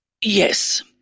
Yes